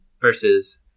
versus